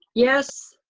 yes.